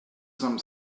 some